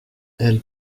elles